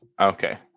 Okay